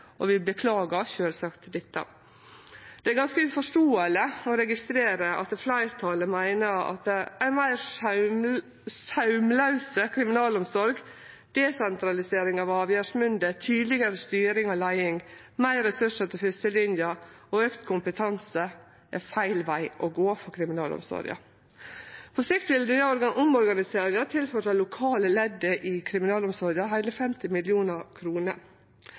og vi beklagar sjølvsagt det. Det er ganske uforståeleg å registrere at fleirtalet meiner at ei meir saumlaus kriminalomsorg, desentralisering av avgjerdsmynde, tydelegare styring og leiing, meir ressursar til førstelinja og auka kompetanse er feil veg å gå for kriminalomsorga. På sikt ville omorganiseringa ha tilført det lokale leddet i kriminalomsorga heile 50